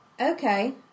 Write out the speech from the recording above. Okay